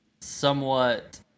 somewhat